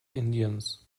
indiens